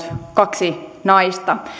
kaksi naista